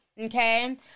okay